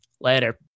Later